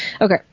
Okay